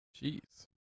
jeez